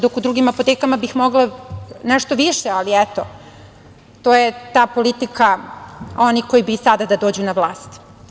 Dok bih u drugim apotekama mogla nešto više, ali, eto, to je ta politika onih koji bi sada da dođu na vlast.